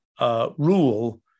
rule